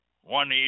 one